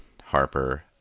Harper